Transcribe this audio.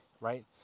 right